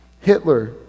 hitler